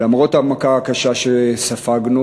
ולמרות המכה הקשה שספגנו,